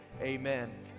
amen